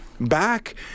Back